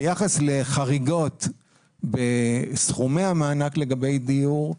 ביחס לחריגות בסכומי המענק לגבי דיור,